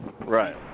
Right